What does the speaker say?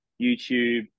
YouTube